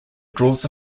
draws